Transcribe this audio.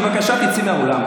בבקשה תצאי מהאולם.